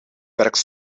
werkt